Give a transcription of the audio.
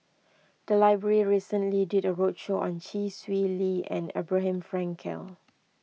the library recently did a roadshow on Chee Swee Lee and Abraham Frankel